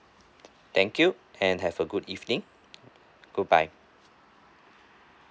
thank you and have a good evening goodbye